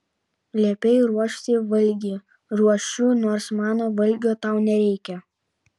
liepei ruošti valgį ruošiu nors mano valgio tau nereikia